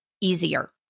easier